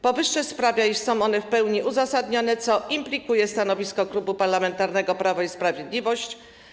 Powyższe sprawia, iż są one w pełni uzasadnione, co implikuje stanowisko Klubu Parlamentarnego Prawo i Sprawiedliwość.